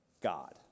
God